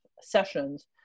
sessions